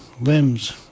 limbs